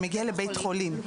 שמגיע לבית החולים,